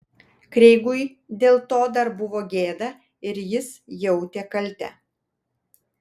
kreigui dėl to dar buvo gėda ir jis jautė kaltę